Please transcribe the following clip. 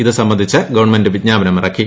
ഇത് സംബന്ധിച്ച് ഗവൺമെന്റ് വിജ്ഞാപനമിറക്കി